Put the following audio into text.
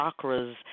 chakras